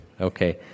Okay